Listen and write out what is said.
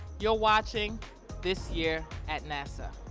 you're watching this year at nasa.